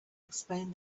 explained